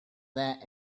that